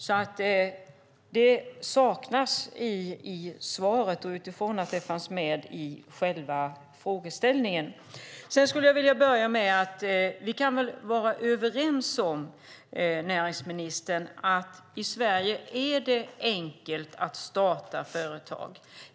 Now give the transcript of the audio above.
Den problematiken saknas i svaret trots att den fanns med i själva frågeställningen. Vi kan väl vara överens om, näringsministern, att det i Sverige är enkelt att starta företag.